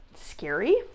scary